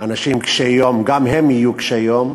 אנשים קשי יום גם הם יהיו קשי יום.